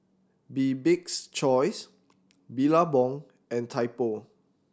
Bibik's Choice Billabong and Typo